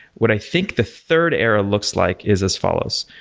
what i think the third era looks like is as follows.